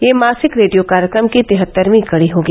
यह मासिक रेडियो कार्यक्रम की तिहत्तरवीं कड़ी होगी